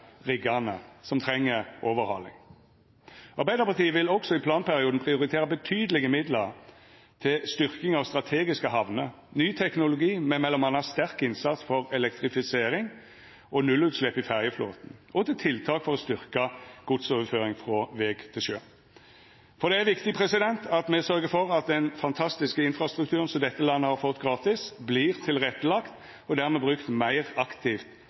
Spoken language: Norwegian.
riggane som treng overhaling. Arbeidarpartiet vil også i planperioden prioritera betydelege midlar til styrking av strategiske hamner, ny teknologi med m.a. sterk innsats for elektrifisering og nullutslepp i ferjeflåten og til tiltak for å styrkja godsoverføring frå veg til sjø. For det er viktig at me sørgjer for at den fantastiske infrastrukturen som dette landet har fått gratis, vert tilrettelagd og dermed brukt meir aktivt